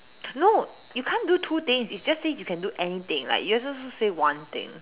no you can't do two things it's just say you can do anything like you are supposed to say one thing